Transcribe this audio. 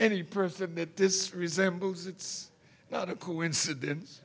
any person that this resembles it's not a coincidence